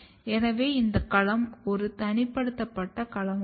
எனவே இந்த களம் ஒரு தனிமைப்படுத்தப்பட்ட களமாகும்